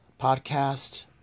podcast